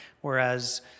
Whereas